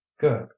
good